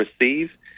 receive